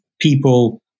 people